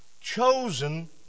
chosen